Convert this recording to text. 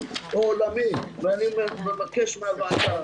אני מבקש מהוועדה.